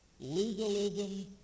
legalism